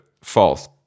false